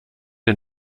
den